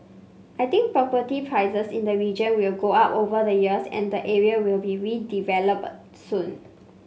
I think property prices in the region will go up over the years and the area will be redeveloped soon